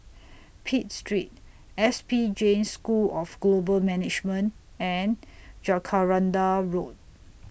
Pitt Street S P Jain School of Global Management and Jacaranda Road